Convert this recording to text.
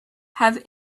have